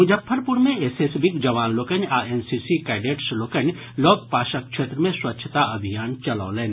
मुजफ्फरपुर मे एसएसबीक जवान लोकनि आ एनसीसी कैंडेट्स लोकनि लगपासक क्षेत्र मे स्वच्छता अभियान चलौलनि